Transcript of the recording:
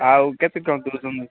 ଆଉ କେତେ ଟଙ୍କା କରୁଛନ୍ତି